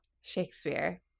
Shakespeare